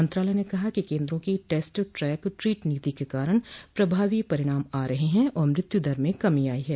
मंत्रालय ने कहा है कि केन्द्रो की टेस्ट ट्रैक ट्रीट नीति क कारण प्रभावी परिणाम सामने आ रहे हैं और मृत्युदर में कमी आई है